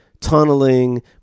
tunneling